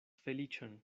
feliĉon